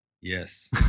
Yes